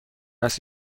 است